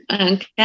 Okay